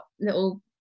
little